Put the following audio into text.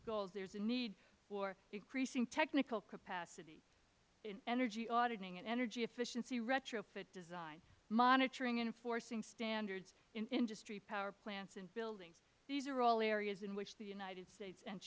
goals there is a need for increasing technical capacity in energy auditing and energy efficiency retrofit design monitoring and enforcing standards in industry power plants and buildings these are all areas in which the united states and